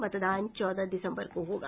मतदान चौदह दिसम्बर को होगा